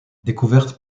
découverte